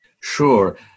Sure